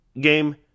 game